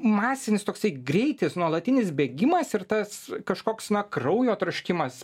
masinis toksai greitis nuolatinis bėgimas ir tas kažkoks na kraujo troškimas